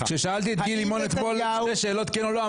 כששאלתי אתמול את גיל לימון שתי שאלות כן או לא,